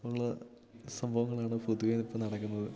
ഉള്ള സംഭവങ്ങളാണ് പൊതുവേ ഇപ്പോൾ നടക്കുന്നത്